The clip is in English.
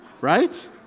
Right